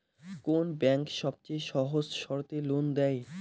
কোন ব্যাংক সবচেয়ে সহজ শর্তে লোন দেয়?